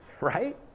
Right